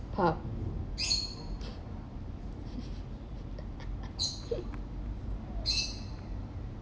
pub